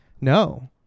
No